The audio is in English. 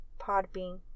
Podbean